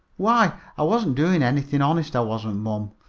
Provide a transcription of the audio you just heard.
why, i wasn't doing anything, honest i wasn't, mom.